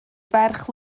ferch